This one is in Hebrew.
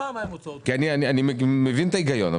אני מבין את ההיגיון,